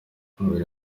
babiri